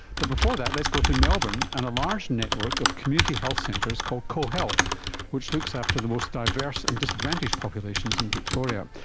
but before that, let's go to melbourne and a large network of community health centres called cohealth which looks after the most diverse and disadvantaged populations in victoria.